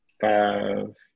five